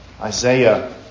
Isaiah